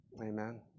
Amen